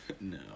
no